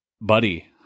Buddy